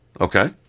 Okay